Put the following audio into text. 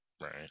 right